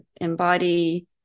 embody